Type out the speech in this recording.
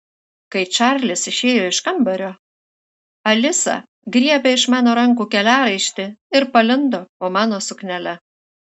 kai čarlis išėjo iš kambario alisa griebė iš mano rankų keliaraišti ir palindo po mano suknele